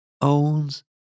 owns